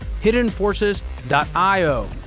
hiddenforces.io